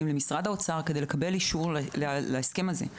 למשרד האוצר כדי לקבל אישור להסכם זה.